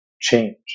change